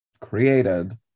created